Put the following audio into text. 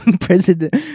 president